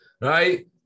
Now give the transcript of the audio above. Right